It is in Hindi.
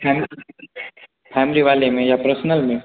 फैमली फैमली वाले में या पर्सनल में